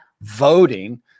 voting